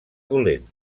dolent